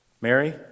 Mary